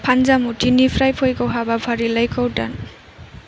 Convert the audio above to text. फान्जामुथिनिफ्राय फैगौ हाबाफारिलाइखौ दान